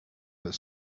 that